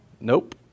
Nope